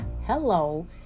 hello